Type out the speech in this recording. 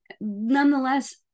Nonetheless